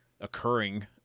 occurring